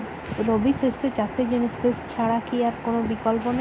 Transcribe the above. রবি শস্য চাষের জন্য সেচ ছাড়া কি আর কোন বিকল্প নেই?